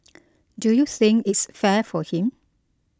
do you think its fair for him